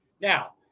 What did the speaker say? Now